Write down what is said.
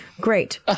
Great